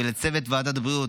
ולצוות ועדת הבריאות,